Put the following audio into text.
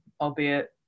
albeit